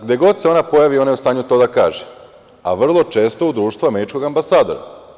Gde god se ona pojavi, ona je u stanju to da kaže, a vrlo često je u društvu američkog ambasadora.